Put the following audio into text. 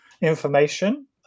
information